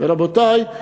ורבותי,